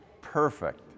Perfect